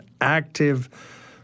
active